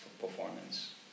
performance